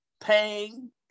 pain